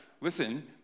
listen